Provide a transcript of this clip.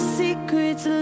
secrets